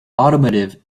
automotive